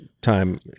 time